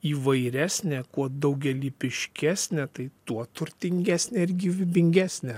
įvairesnė kuo daugialypiškesnė tai tuo turtingesnė ir gyvybingesnė